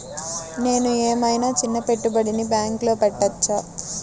నేను ఏమయినా చిన్న పెట్టుబడిని బ్యాంక్లో పెట్టచ్చా?